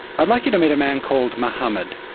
i'd like you to meet a man called mohammed.